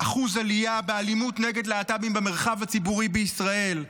400% באלימות נגד להט"בים במרחב הציבורי בישראל.